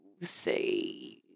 say